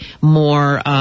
more